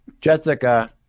Jessica